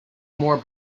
more